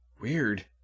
Weird